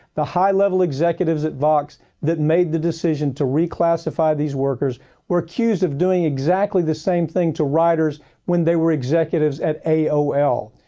the high level executives at vox that made the decision to reclassify these workers were accused of doing exactly the same thing to writers when they were executives at aol.